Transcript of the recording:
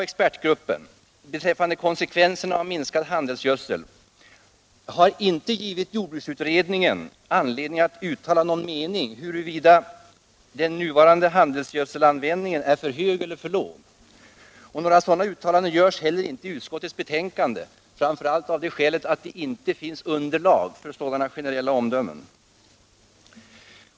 Expertgruppens redovisning av konsekvenserna av minskad handelsgödselanvändning har inte givit jordbruksutredningen anledning att uttala någon mening om huruvida den nuvarande handelsgödselanvändningen är för hög eller för låg. Några sådana uttalanden görs inte heller i utskottets betänkande, framför allt av det skälet att det inte finns något underlag för sådana generella omdömen.